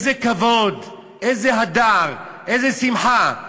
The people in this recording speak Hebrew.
איזה כבוד, איזה הדר, איזו שמחה.